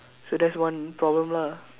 so that's one problem lah